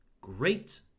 Great